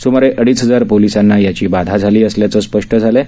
सुमारे अडीच हजार पोलिसांना याची बाधा झाली असल्याचं स्पष्ट झालं आहे